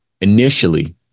initially